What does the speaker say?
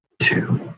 two